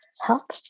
help